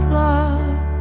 love